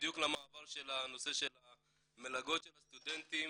בדיוק למעבר של הנושא של המלגות לסטודנטים